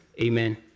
Amen